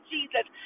Jesus